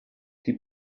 die